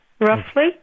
Roughly